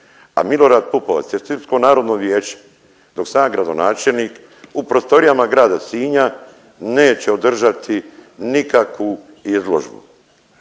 A Milorad Pupovac i Srpsko narodno vijeće dok sam ja gradonačelnik i prostorijama grada Sinja, neće održati nikakvu izložbu.